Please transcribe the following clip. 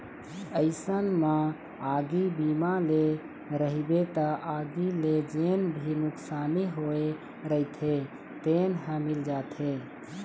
अइसन म आगी बीमा ले रहिबे त आगी ले जेन भी नुकसानी होय रहिथे तेन ह मिल जाथे